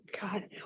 God